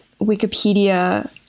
Wikipedia